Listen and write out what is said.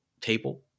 table